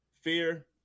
fear